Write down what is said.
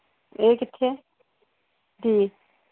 ਇਹ ਕਿੱਥੇ ਹੈ ਜੀ